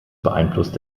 beeinflusst